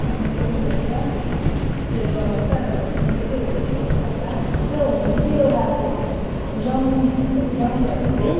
होलीको उयो हुन्छ त्यो जलाउँछ र भोलिदेखिको चाहिँ होली खेल्नु थाल्छ र होली चाहिँ एउटा अब रङ रङहरूको